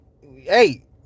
Hey